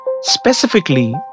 Specifically